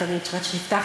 את הריץ'-רץ' נפתח",